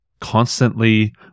constantly